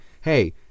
hey